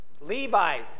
Levi